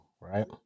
right